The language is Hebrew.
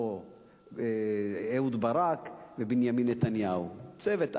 או אהוד ברק ובנימין נתניהו, צוות ב'